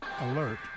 alert